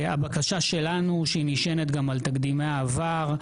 הבקשה שלנו שהיא נשענת גם על תקדימי העבר,